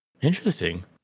Interesting